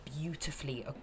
beautifully